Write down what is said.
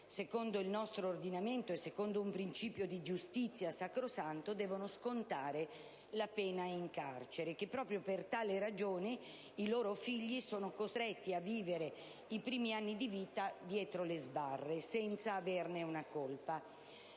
secondo il nostro ordinamento e secondo un principio di giustizia sacrosanto, devono scontare la pena in carcere, con la conseguenza che i loro figli sono costretti a vivere i primi anni di vita dietro le sbarre. Secondo il